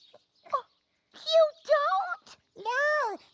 ah you don't? no,